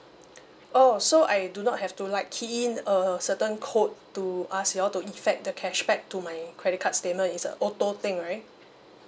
oh so I do not have to like key in a certain code to ask you all to effect the cashback to my credit card statement is a auto thing right